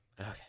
okay